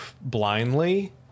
blindly